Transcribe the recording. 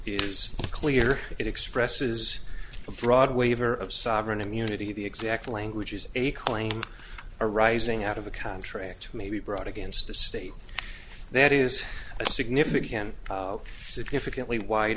is clear it expresses a broad waiver of sovereign immunity the exact language is a claim arising out of a contract may be brought against the state that is a significant significantly wide